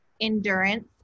endurance